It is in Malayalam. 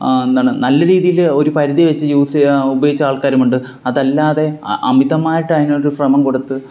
എന്താണ് നല്ല രീതിയില് ഒരു പരിധി വച്ച് യൂസ് ചെയ്ത് ഉപയോഗിച്ച ആൾക്കാരുമുണ്ട് അതല്ലാതെ ആ അമിതമായിട്ട് അതിനൊരു ഫ്രെമം കൊടുത്ത്